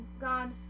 gone